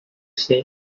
say